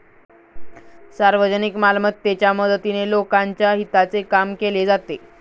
सार्वजनिक मालमत्तेच्या मदतीने लोकांच्या हिताचे काम केले जाते